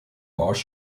bars